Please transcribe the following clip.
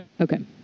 okay